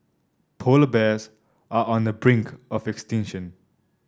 polar bears are on the brink of extinction